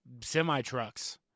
semi-trucks